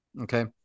Okay